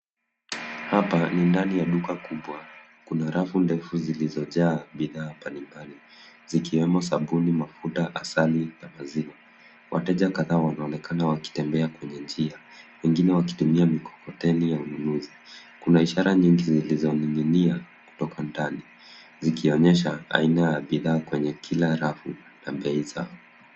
Hapa ni ndani ya duka kubwa. Kuna rafu ndefu zilizojaa bidhaa mbali mbali, zikiwemo sabuni, mafuta, asali, na maziwa. Wateja kadhaa wanaonekana wakitembea kwenye njia, wengine wakitumia mikokoteni ya ununuzi. Kuna ishara nyingi zilizoning'inia kutoka ndani, zikionyesha aina ya bidhaa kwenye kila rafu na bei zao.